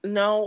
no